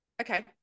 Okay